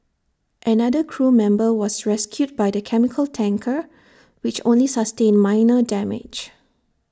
another crew member was rescued by the chemical tanker which only sustained minor damage